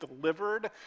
delivered